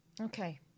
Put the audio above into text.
Okay